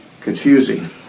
confusing